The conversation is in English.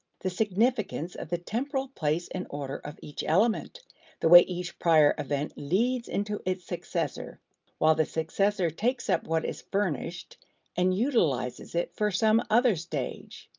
the significance of the temporal place and order of each element the way each prior event leads into its successor while the successor takes up what is furnished and utilizes it for some other stage,